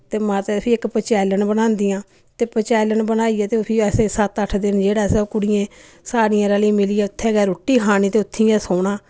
ते माता दी फ्ही इक पंचैलन बनांदियां ते पंचैलन बनाइयै ते फ्ही अस सत्त अट्ठ दिन जेह्ड़े अस ओह् कुड़ियें सारियें रली मिलियै उत्थै गै रुट्टी खानी ते उत्थै गै सौना